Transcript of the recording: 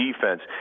defense